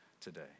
today